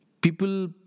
people